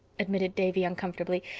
admitted davy uncomfortably,